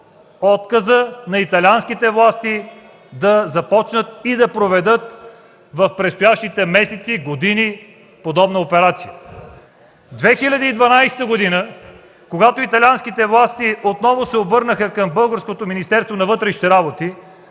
отказа на италианските власти да започнат и да проведат в предстоящите месеци и години подобна операция. През 2012 г., когато италианските власти отново се обърнаха към българското Министерство на вътрешните работи,